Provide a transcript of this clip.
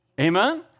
Amen